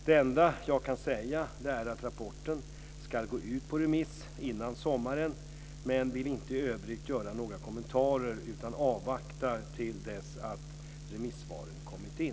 Det enda jag kan säga är att rapporten ska gå ut på remiss innan sommaren, men jag vill inte i övrigt göra några kommentarer utan avvaktar till dess att remissvaren kommit in.